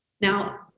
Now